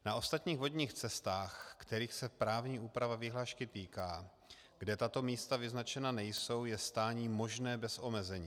Na ostatních vodních cestách, kterých se právní úprava vyhlášky týká, kde tato místa vyznačena nejsou, je stání možné bez omezení.